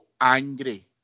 angry